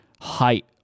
height